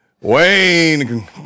Wayne